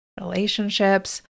relationships